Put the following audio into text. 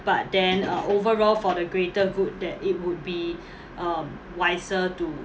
but then uh overall for the greater good that it would be um wiser to